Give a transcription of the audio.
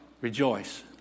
Rejoice